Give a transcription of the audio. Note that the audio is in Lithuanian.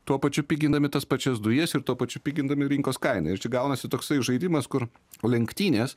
tuo pačiu pigindami tas pačias dujas ir tuo pačiu pigindami rinkos kainą ir čia gaunasi toksai žaidimas kur o lenktynės